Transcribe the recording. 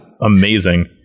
Amazing